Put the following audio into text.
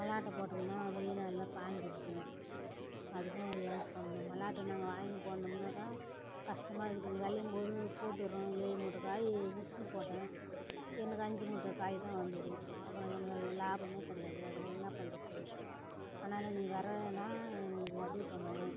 மல்லாட்டை போட்டோம்னா வெய்ய நாளில் காஞ்சிடுது அதுக்கும் ஒரு ஹெல்ப் பண்ணணும் மல்லாட்டை நாங்கள் வாங்கி போடணும்னாக்கா கஷ்டமாக இருக்குதுங்க விளையும் போது போட்டுறோம் ஏழு மூட்டை காய் உறிச்சு போட்ட எனக்கு அஞ்சு மூட்டை காய் தான் வந்துது அப்புறம் எனக்கு அது லாபமே கிடையாது அதில் என்னா பண்ணுறது ஆனாலும் வரலைனா நீங்கள் எங்களுக்கு உதவி பண்ணணும்